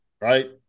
Right